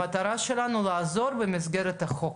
המטרה שלנו לעזור במסגרת החוק.